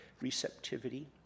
receptivity